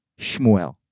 Shmuel